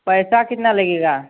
पैसा कितना लगेगा